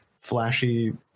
flashy